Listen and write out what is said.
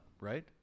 right